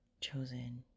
chosen